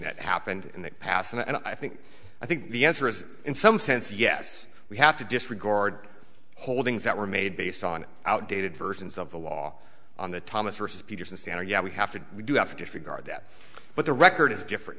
that happened in the past and i think i think the answer is in some sense yes we have to disregard holdings that were made based on outdated versions of the law on the thomas versus peterson standard yeah we have to we do have to figure that but the record is different